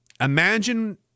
Imagine